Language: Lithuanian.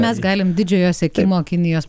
mes galim didžiojo sekimo kinijos